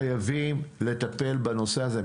חייבים לטפל בנושא הזה.